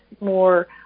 more